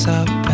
up